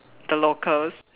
the locals